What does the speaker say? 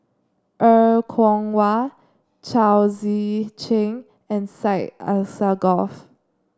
Er Kwong Wah Chao Tzee Cheng and Syed Alsagoff